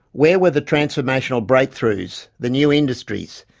where were the transformational breakthroughs, the new industries,